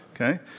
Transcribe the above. okay